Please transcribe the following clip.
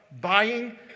buying